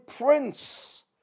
prince